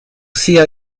sia